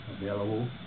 Available